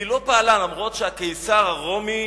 היא לא פעלה, אף שהקיסר הרומי